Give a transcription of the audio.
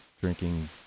drinking